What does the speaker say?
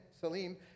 Salim